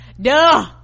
Duh